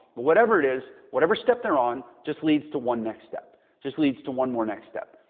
whatever it is, whatever step they're on, just leads to one next step just leads to one more. next step.